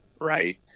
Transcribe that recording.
right